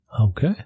Okay